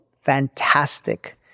fantastic